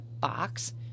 box